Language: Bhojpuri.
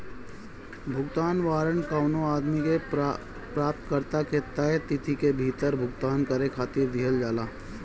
भुगतान वारंट कवनो आदमी के प्राप्तकर्ता के तय तिथि के भीतर भुगतान करे खातिर दिहल जाला